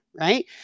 right